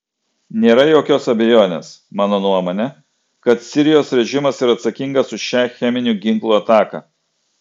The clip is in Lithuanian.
nėra jokios abejonės mano nuomone kad sirijos režimas yra atsakingas už šią cheminių ginklų ataką